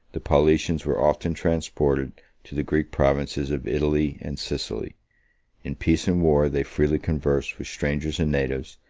the paulicians were often transported to the greek provinces of italy and sicily in peace and war, they freely conversed with strangers and natives,